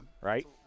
Right